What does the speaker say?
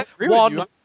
one